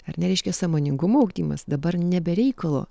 ar nereiškia sąmoningumo ugdymas dabar ne be reikalo